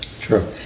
True